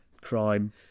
crime